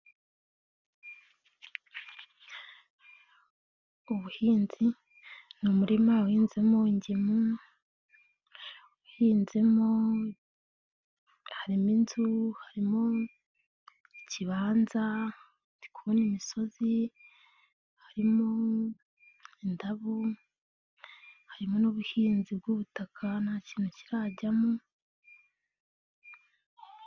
Ubuhinzi, ni umuririma uhinzemo gimu, uhinzemo, harimo inzu, harimo ikibanza, kubona imisozi, harimo indabo, harimo n'ubuhinzi bw'ubutaka, nta kintu kirajyamo.